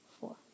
four